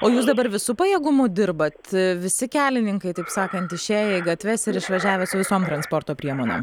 o jūs dabar visu pajėgumu dirbat visi kelininkai taip sakant išėję į gatves ir išvažiavę su visom transporto priemonėm